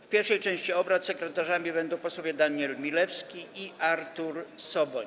W pierwszej części obrad sekretarzami będą posłowie Daniel Milewski i Artur Soboń.